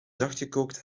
zachtgekookt